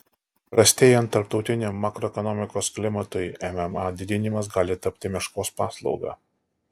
prastėjant tarptautiniam makroekonomikos klimatui mma didinimas gali tapti meškos paslauga